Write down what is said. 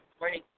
morning